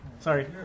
Sorry